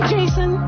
Jason